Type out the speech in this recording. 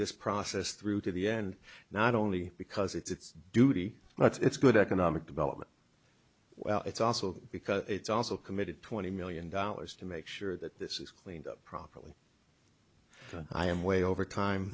this process through to the end not only because it's duty and it's good economic development well it's also because it's also committed twenty million dollars to make sure that this is cleaned up properly i am way over time